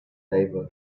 favor